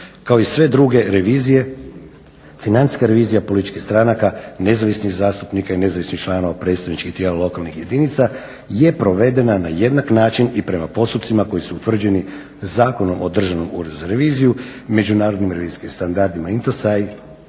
Kao i sve druge revizije financijska revizija političkih stranaka, nezavisnih zastupnika i nezavisnih članova predstavničkih tijela lokalnih jedinica je provedena na jednak način i prema postupcima koji su utvrđeni Zakonom o Državno uredu za reviziju, Međunarodni revizijskim standardima INTOSAI